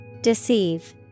Deceive